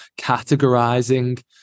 categorizing